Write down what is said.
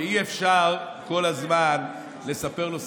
ואי-אפשר כל הזמן לספר לו סיפורים.